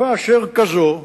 בתקופה אשר כזאת,